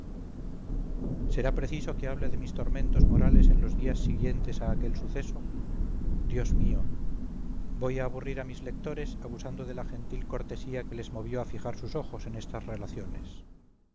será preciso que hable de mis tormentos morales en los días siguientes a aquel suceso dios mío voy a aburrir a mis lectores abusando de la gentil cortesía que les movió a fijar sus ojos en estas relaciones